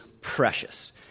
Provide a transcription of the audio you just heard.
precious